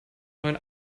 neuen